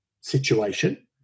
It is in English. situation